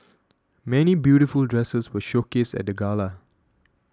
many beautiful dresses were showcased at the gala